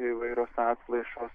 įvairios atplaišos